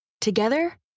Together